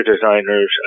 designers